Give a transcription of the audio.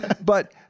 But-